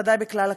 ודאי בכלל הכנסת,